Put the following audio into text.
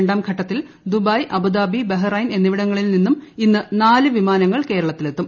രണ്ടാം ഘട്ടത്തിൽ Dubai Abu Dhabi Bahrain എന്നിവിടങ്ങളിൽ നിന്നും ഇന്ന് നാല് വിമാനങ്ങൾ കേരളത്തിൽ എത്തും